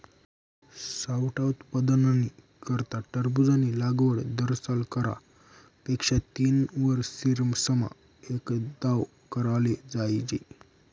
सावठा उत्पादननी करता टरबूजनी लागवड दरसाल करा पेक्षा तीनवरीसमा एकदाव कराले जोइजे